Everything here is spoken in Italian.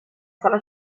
sala